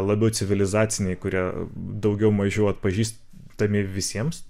labiau civilizaciniai kurie daugiau mažiau atpažįstami visiems